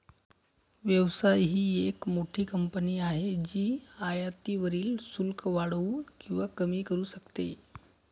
व्यवसाय ही एक मोठी कंपनी आहे जी आयातीवरील शुल्क वाढवू किंवा कमी करू शकते